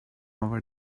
over